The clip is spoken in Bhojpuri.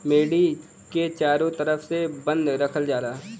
मेड़ी के चारों तरफ से बंद रखल जाला